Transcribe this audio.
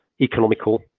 economical